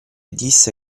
disse